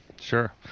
sure